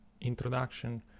introduction